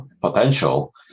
potential